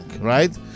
right